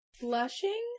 Blushing